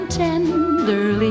tenderly